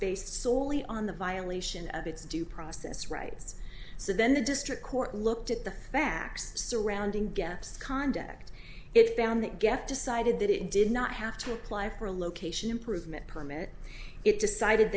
based soley on the violation of its due process rights so then the district court looked at the facts surrounding gaps conduct it found that get decided that it did not have to apply for a location improvement permit it decided